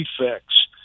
defects